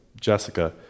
Jessica